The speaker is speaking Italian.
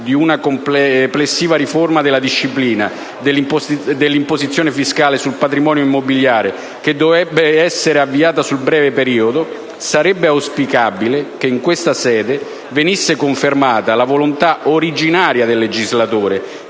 di una complessiva riforma della disciplina dell'imposizione fiscale sul patrimonio immobiliare, che dovrebbe essere avviata nel breve periodo, sarebbe auspicabile che in questa sede venisse confermata la volontà originaria del legislatore,